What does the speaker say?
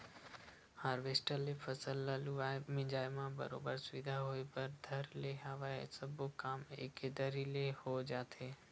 harvester ले फसल ल लुवाए मिंजाय म बरोबर सुबिधा होय बर धर ले हवय सब्बो काम एके दरी ले हो जाथे